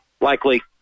likely